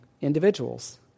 individuals